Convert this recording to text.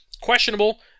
Questionable